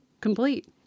complete